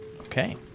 Okay